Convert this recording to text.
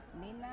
Nina